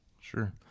Sure